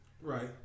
right